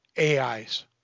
AIs